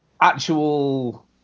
actual